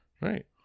Right